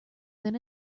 than